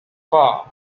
fur